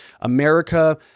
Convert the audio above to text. America